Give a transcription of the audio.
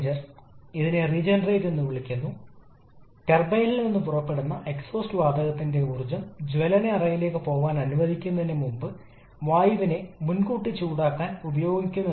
നിർദ്ദിഷ്ട പവർ എന്നത് മൊത്തം output ട്ട്പുട്ട് അല്ലാതെ പിണ്ഡത്തിന്റെ ഒഴുക്ക് നിരക്കിനാൽ വിഭജിക്കപ്പെടുന്നു w കൊണ്ട് സൂചിപ്പിച്ചിരിക്കുന്നു